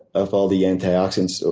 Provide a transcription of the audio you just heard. of all the antioxidants. so